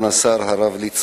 שונה,